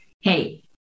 hey